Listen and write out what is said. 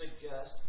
suggest